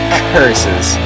curses